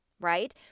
right